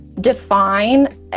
define